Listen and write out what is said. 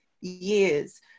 years